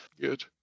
Good